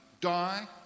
die